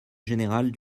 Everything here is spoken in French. générale